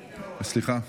אני פה.